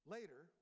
Later